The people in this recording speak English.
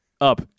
up